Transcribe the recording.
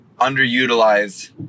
underutilized